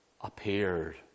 appeared